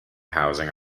housing